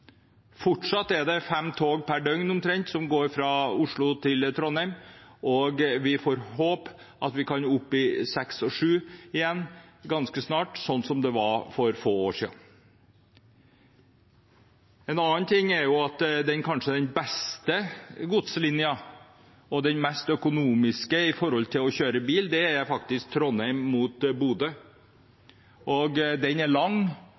Fortsatt er det fem tog per døgn – omtrent – som går fra Oslo til Trondheim, og vi får håpe at vi kommer opp i seks og sju tog igjen ganske snart, sånn som det var for få år siden. En annen ting er at kanskje den beste godslinjen, og den mest økonomiske, sammenlignet med bil, faktisk er Trondheim–Bodø. Den er lang,